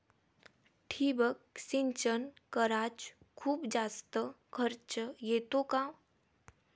ठिबक सिंचन कराच खूप जास्त खर्च येतो का?